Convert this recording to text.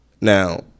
Now